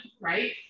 Right